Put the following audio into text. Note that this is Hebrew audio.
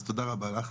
אז תודה רבה לך.